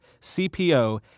CPO